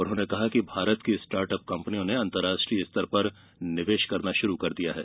उन्होंने कहा कि भारत की स्टार्ट अप कंपनियों ने अंतरराष्ट्रीय स्तर पर निवेश करना शुरु कर दिया है